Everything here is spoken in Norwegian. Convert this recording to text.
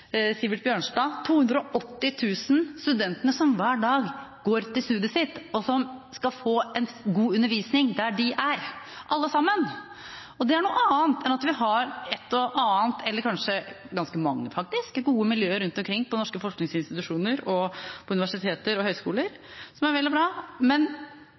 Sivert Bjørnstad, vel 280 000 studentene som hver dag går til studiet sitt, og som skal få en god undervisning der de er – alle sammen. Og det er noe annet enn at vi har ett og annet eller kanskje ganske mange gode miljøer rundt omkring på norske forskningsinstitusjoner og på universiteter og høyskoler. Det er vel og bra, men